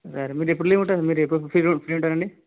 సరే మీరు ఎప్పుడు లీవ్ ఉంటారు మీరు ఎప్పుడు ఎప్పుడు ఫ్రీగా ఫ్రీ ఉంటారండి